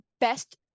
best